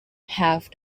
have